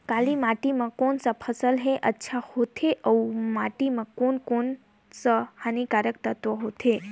काली माटी मां कोन सा फसल ह अच्छा होथे अउर माटी म कोन कोन स हानिकारक तत्व होथे?